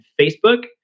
Facebook